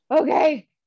okay